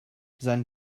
sein